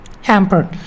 hampered